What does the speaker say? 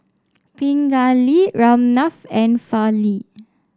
Pingali Ramnath and Fali